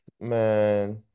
man